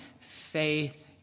faith